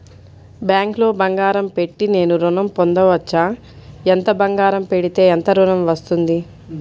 బ్యాంక్లో బంగారం పెట్టి నేను ఋణం పొందవచ్చా? ఎంత బంగారం పెడితే ఎంత ఋణం వస్తుంది?